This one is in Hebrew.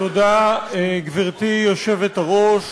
גברתי היושבת-ראש,